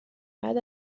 بعد